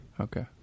okay